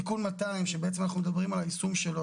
תיקון 200 שבעצם אנחנו מדברים על היישום שלו,